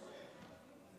אדוני,